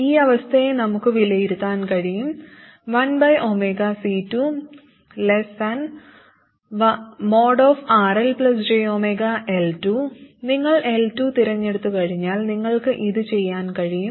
ഈ അവസ്ഥയെ നമുക്ക് വിലയിരുത്താൻ കഴിയും 1C2|RLjωL2| നിങ്ങൾ L2 തിരഞ്ഞെടുത്തുകഴിഞ്ഞാൽ നിങ്ങൾക്ക് ഇത് ചെയ്യാൻ കഴിയും